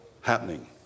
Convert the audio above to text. happening